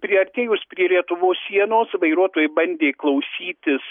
priartėjus prie lietuvos sienos vairuotojai bandė klausytis